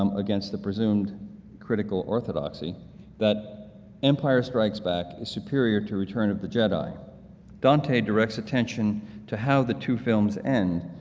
um against the presumed critical orthodoxy that empire strikes back is superior to return of the jedi dante directs attention to how the two films end,